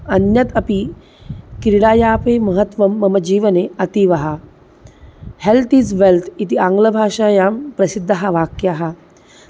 अन्यत् अपि क्रीडायाः अपि महत्त्वं मम जीवने अतीवः हेल्त् इस् वेल्त् इति आङ्ग्लभाषायां प्रसिद्धं वाक्यं